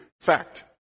fact